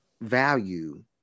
value